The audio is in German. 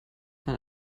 man